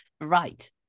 Right